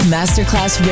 Masterclass